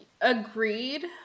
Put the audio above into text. Agreed